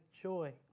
joy